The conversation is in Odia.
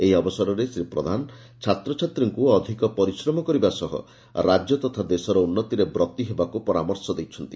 ଏହି ଅବସରରେ ଶ୍ରୀ ପ୍ରଧାନ ଛାତ୍ରଛାତ୍ରୀଙ୍କ ଅଧିକ ପରିଶ୍ରମ କରିବା ସହ ରାକ୍ୟ ତଥା ଦେଶର ଉନ୍ନତିରେ ବ୍ରତୀ ହେବାକୁ ପରାମର୍ଶ ଦେଇଛନ୍ତି